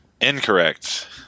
Incorrect